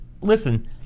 listen